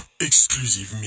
Exclusive